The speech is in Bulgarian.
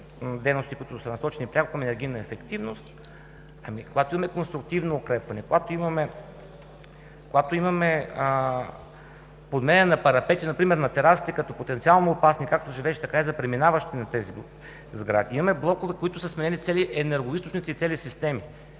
дейности, които са насочени пряко към енергийна ефективност, когато имаме конструктивно укрепване, когато имаме подменяне на парапети на терасите като потенциално опасни както за живеещите, така и за преминаващите, имаме блокове, на които са сменени цели енергоизточници и системи.